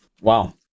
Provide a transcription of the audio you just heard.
Wow